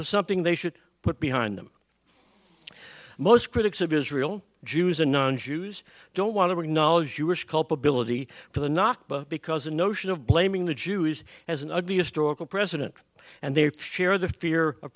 was something they should put behind them most critics of israel jews and non jews don't want to acknowledge jewish culpability for the nakba because the notion of blaming the jews as an ugly historical precedent and they share the fear of